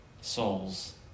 souls